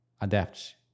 adapt